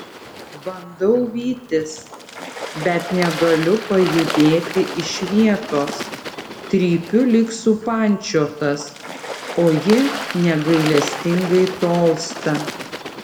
bandau vytis bet negaliu pajudėti iš vietos trypiu lyg supančiotas o ji negailestingai tolsta